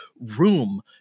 room